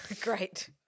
Great